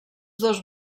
dos